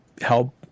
help